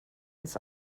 ins